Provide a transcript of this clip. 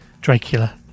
Dracula